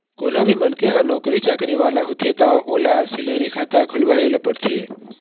कोनो भी मनखे ह नउकरी चाकरी वाला होथे त ओला सेलरी खाता खोलवाए ल परथे